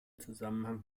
zusammenhang